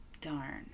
Darn